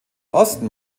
osten